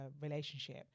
relationship